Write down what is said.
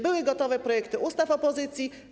Były gotowe projekty ustaw opozycji.